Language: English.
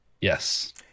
Yes